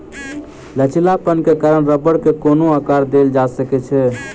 लचीलापन के कारण रबड़ के कोनो आकर देल जा सकै छै